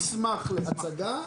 את אותו מסמך להצגה,